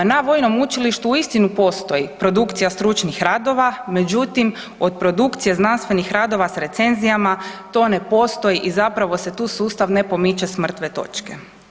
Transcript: Na vojnom učilištu uistinu postoji produkcija stručnih radova međutim od produkcija znanstvenih radova sa recenzijama, to ne postoji i zapravo se tu sustav ne pomiče s mrtve točke.